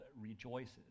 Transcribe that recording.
rejoices